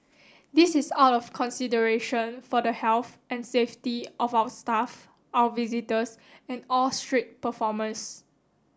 this is out of consideration for the health and safety of our staff our visitors and all street performers